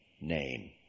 name